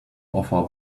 offer